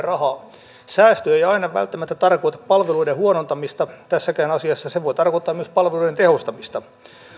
rahaa säästö ei aina välttämättä tarkoita palveluiden huonontamista tässäkään asiassa se voi tarkoittaa myös palveluiden tehostamista